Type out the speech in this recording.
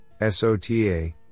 SOTA